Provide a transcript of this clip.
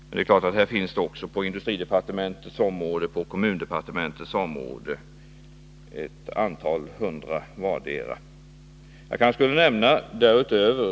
Det är klart att det också finns ett par hundra platser på vartdera industridepartementets och kommundepartementets område.